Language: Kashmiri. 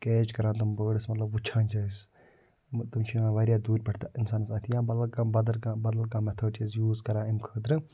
کیچ کران تِم بٲڈٕس مَطلَب وٕچھان چھِ أسۍ تِم چھِ یِوان واریاہ دوٗرِ پٮ۪ٹھٕ تہِ اِنسانَس اتھِ یا بدل کانٛہہ بدر کانٛہہ بدل کانٛہہ مٮ۪تھٲڈ چھِ أسۍ یوٗز کران اَمہِ خٲطرٕ